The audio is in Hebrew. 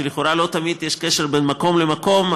ולכאורה לא תמיד יש קשר בין מקום למקום,